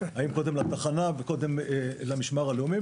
האם קודם לתחנה או קודם למשמר הלאומי,